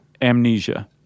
amnesia